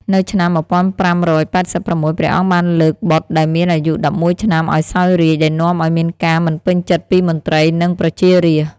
នៅឆ្នាំ ១៥៨៦ ព្រះអង្គបានលើកបុត្រដែលមានអាយុ ១១ ឆ្នាំឱ្យសោយរាជ្យ ដែលនាំឱ្យមានការមិនពេញចិត្តពីមន្ត្រី និងប្រជារាស្ត្រ។